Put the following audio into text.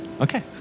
Okay